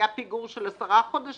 היה פיגור של 10 חודשים?